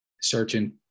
searching